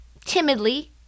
timidly